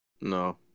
No